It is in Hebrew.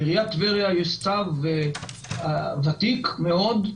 בעיריית טבריה יש צו ותיק מאוד,